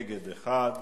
נגד, 1,